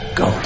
go